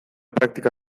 praktika